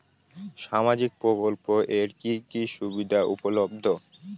সামাজিক প্রকল্প এর কি কি সুবিধা উপলব্ধ?